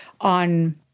on